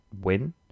win